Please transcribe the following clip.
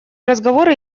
разговоры